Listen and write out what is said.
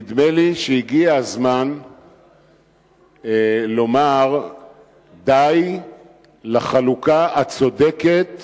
נדמה לי שהגיע הזמן לומר די לחלוקה הצודקת